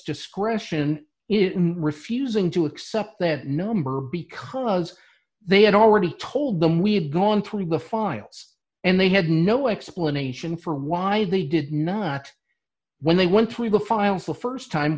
discretion in refusing to accept that number because they had already told them we had gone through the files and they had no explanation for why they did not when they went through the files the st time